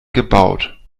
gebaut